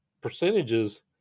percentages